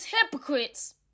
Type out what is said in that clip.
hypocrites